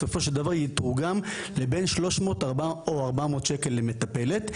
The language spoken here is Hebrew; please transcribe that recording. בסופו של דבר יתורגם לבין 300 או 400 ש"ח למטפלת,